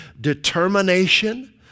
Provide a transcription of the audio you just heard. determination